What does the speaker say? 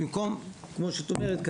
במקום כמו שאת אומרת,